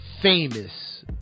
famous